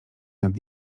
nad